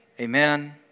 Amen